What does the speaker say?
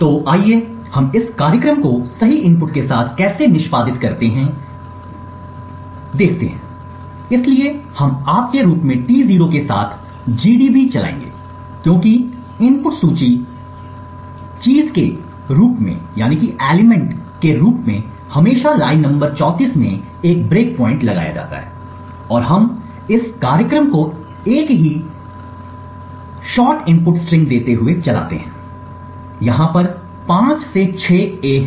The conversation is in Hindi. तो आइये हम इस कार्यक्रम को सही इनपुट के साथ कैसे निष्पादित करते हैं इसलिए हम आप के रूप में T0 के साथ gdb चलाएंगे क्योंकि इनपुट सूची चीज के रूप में हमेशा लाइन नंबर 34 में एक ब्रेकपॉइंट लगाया जाता है और हम इस कार्यक्रम को एक ही शॉट इनपुट स्ट्रिंग देते हुए चलाते हैं यहाँ पर पाँच से छह ए हैं